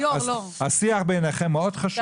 השיח ביניכן מאוד חשוב.